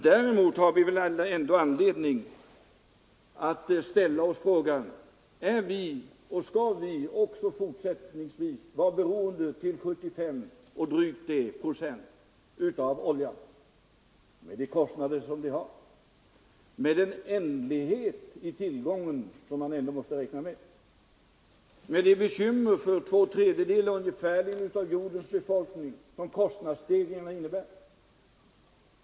Däremot har vi väl anledning att ställa oss frågan: Skall vi också fortsättningsvis för vår energiframställning till drygt 75 procent vara beroende av oljan, och detta med de kostnader som oljeimporten för med sig, med den ändlighet i tillgången som vi ändå måste räkna med och med de bekymmer för ungefär två tredjedelar av jordens befolkning som kostnadsstegringarna innebär?